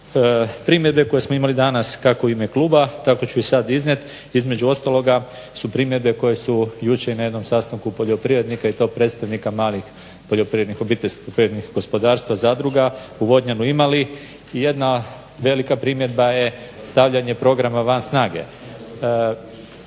primjedbe koje smo imali danas kako u ime kluba, tako ću i sad iznijet, između ostaloga su primjedbe koje su jučer i na jednom sastanku poljoprivrednika i to predstavnika malih poljoprivrednih obiteljskih gospodarstava, zadruga u Vodnjanu imali i jedna velika primjedba je stavljanje programa van snage.